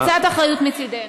קצת אחריות מצדנו.